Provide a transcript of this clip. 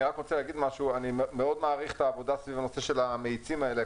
אני רוצה להגיד שאני מאוד מעריך את העבודה סביב הנושא של המאיצים האלה,